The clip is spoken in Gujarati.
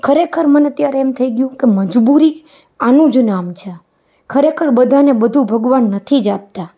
ખરેખર મને ત્યારે એમ થઈ ગયું કે મજબૂરી આનું જ નામ છે ખરેખર બધાંને બધું ભગવાન નથી જ આપતા